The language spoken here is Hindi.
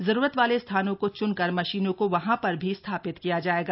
जरुरत वाले स्थानों को च्नकर मशीन को वहां पर भी स्थापित किया जायेगा